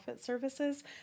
services